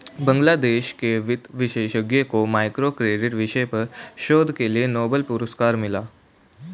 बांग्लादेश के वित्त विशेषज्ञ को माइक्रो क्रेडिट विषय पर शोध के लिए नोबेल पुरस्कार मिला